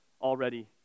already